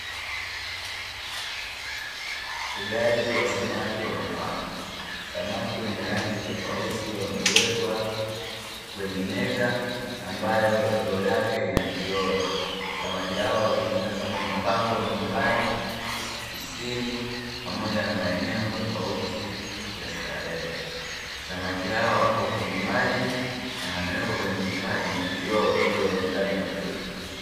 Ufugaji wa samaki wa mapambo, samaki wenye rangi tofauti wamewekwa kwenye meza ambayo ndoo yake ina kioo, samaki hawa hutumika kama mapambo nyumbani, ofisini pamoja na maeneo tofauti ya starehe. Samaki hao wapo kwenye maji na wamewekwa kwenye kifaa chenye kioo ili waonekane vizuri.